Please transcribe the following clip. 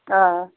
हां